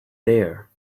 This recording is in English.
there